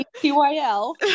T-Y-L